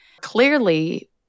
clearly